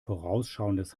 vorausschauendes